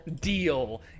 deal